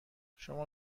شما